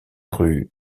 rues